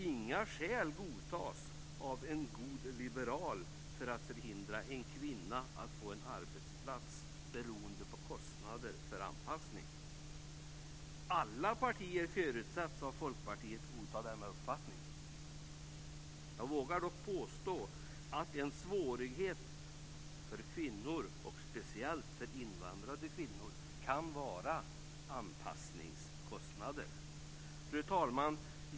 Inga skäl godtas av en god liberal för att förhindra en kvinna att få en arbetsplats beroende på kostnader för anpassning. Alla partier förutsätts av Folkpartiet godta denna uppfattning. Jag vågar dock påstå att en svårighet för kvinnor, och då speciellt för invandrade kvinnor, kan vara anpassningskostnader. Fru talman!